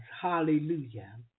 Hallelujah